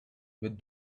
with